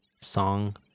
song